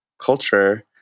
culture